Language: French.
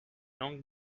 langues